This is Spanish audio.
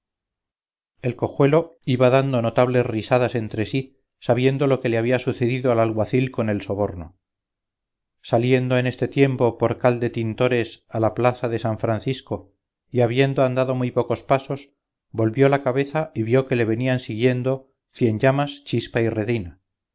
jesús el cojuelo iba dando notables risadas entre sí sabiendo lo que le había sucedido al alguacil con el soborno saliendo en este tiempo por cal de tintores a la plaza de san francisco y habiendo andado muy pocos pasos volvió la cabeza y vió que le venían siguiendo cienllamas chispa y redina